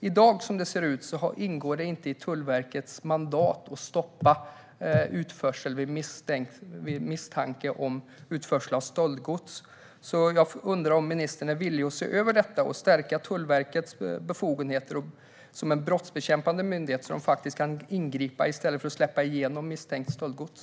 I dag, som det ser ut, ingår det inte i Tullverkets mandat att stoppa utförsel vid misstanke om utförsel av stöldgods. Jag undrar om ministern är villig att se över detta och stärka Tullverkets befogenheter som en brottsbekämpande myndighet så att man faktiskt kan ingripa i stället för att släppa igenom misstänkt stöldgods.